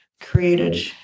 created